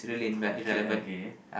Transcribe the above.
okay okay